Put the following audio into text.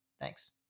Thanks